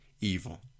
evil